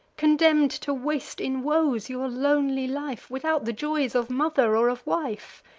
condemn'd to waste in woes your lonely life, without the joys of mother or of wife?